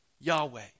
Yahweh